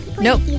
Nope